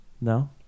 No